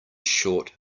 short